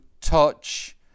touch